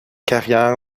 carrière